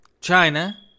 China